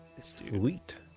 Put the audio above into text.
Sweet